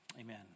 Amen